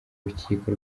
rukiko